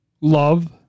love